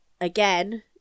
again